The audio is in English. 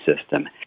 system